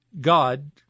God